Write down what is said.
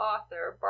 Author